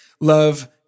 love